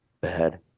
bad